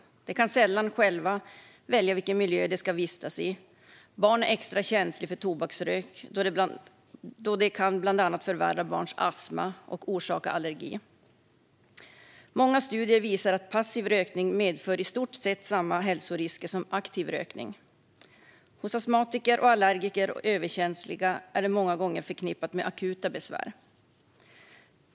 De kan sällan själva välja vilken miljö de ska vistas i. Barn är extra känsliga för tobaksrök då det bland annat kan förvärra barns astma och orsaka allergi. Många studier visar att passiv rökning medför i stort sett samma hälsorisker som aktiv rökning. Hos astmatiker, allergiker och överkänsliga är det många gånger förknippat med akuta besvär.